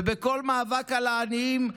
בכל מאבק על העניים,